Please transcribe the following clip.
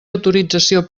autorització